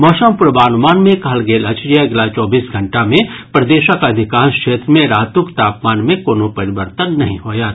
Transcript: मौसम पूर्वानुमान मे कहल गेल अछि जे अगिला चौबीस घंटा मे प्रदेशक अधिकांश क्षेत्र मे रातुक तापमान मे कोनो परिवर्तन नहि होयत